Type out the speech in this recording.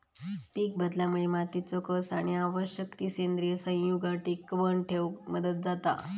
पीकबदलामुळे मातीचो कस आणि आवश्यक ती सेंद्रिय संयुगा टिकवन ठेवक मदत जाता